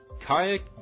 kayak